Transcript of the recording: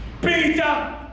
Peter